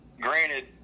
granted